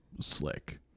slick